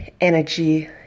energy